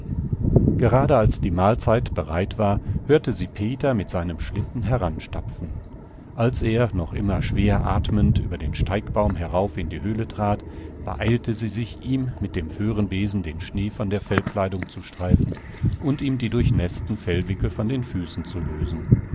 gerade als die mahlzeit bereit war hörte sie peter mit seinem schlitten heranstapfen als er noch immer schwer atmend über den steigbaum herauf in die höhle trat beeilte sie sich ihm mit dem föhrenbesen den schnee von der fellkleidung zu streifen und ihm die durchnäßten fellwickel von den füßen zu lösen